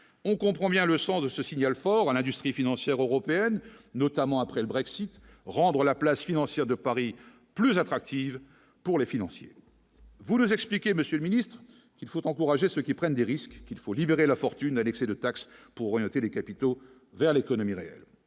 on comprend bien le sens de ce signal fort dans l'industrie financière européenne, notamment après le Brexit rendre la place financière de Paris plus attractive pour les financiers, vous nous expliquer, monsieur le Ministre, qu'il faut encourager ceux qui prennent des risques qu'il faut libérer la fortune de taxes pour orienter les capitaux vers l'économie réelle,